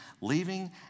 leaving